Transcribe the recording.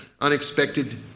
unexpected